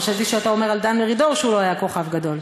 חשבתי שאתה אומר על דן מרידור שהוא לא היה כוכב גדול.